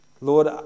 Lord